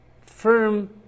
firm